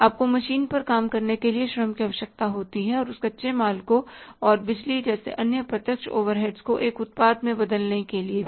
आपको मशीन पर काम करने के लिए श्रम की आवश्यकता होती है और उस कच्चे माल को और बिजली जैसे अन्य प्रत्यक्ष ओवरहेड्स को एक उत्पाद में बदलने के लिए भी